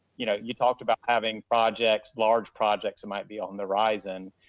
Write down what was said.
you know, you talked about having projects, large projects, it might be on the horizon.